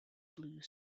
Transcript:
blue